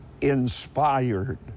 inspired